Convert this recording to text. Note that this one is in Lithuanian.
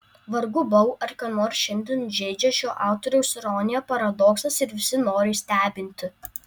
vargu bau ar ką nors šiandien žeidžia šio autoriaus ironija paradoksas ir visi norai stebinti